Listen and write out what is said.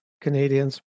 Canadians